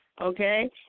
Okay